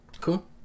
Cool